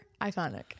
iconic